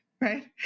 right